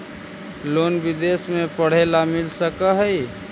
Loan विदेश में पढ़ेला मिल सक हइ?